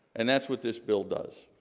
and that's what this bill does